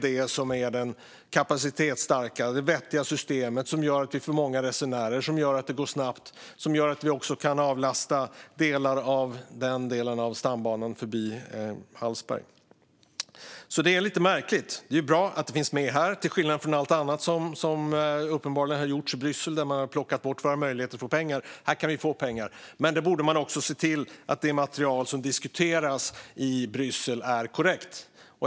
Det är inte det kapacitetsstarka, vettiga system som gör att vi får många resenärer, att det går snabbt och att vi kan avlasta den del av stambanan som går förbi Hallsberg. Det här är lite märkligt. Men det är bra att det finns med här, till skillnad från allt annat som uppenbarligen har gjorts i Bryssel. Man har bland annat plockat bort våra möjligheter att få pengar. Här kan vi dock få pengar. Men man borde se till att det material som diskuteras i Bryssel är korrekt.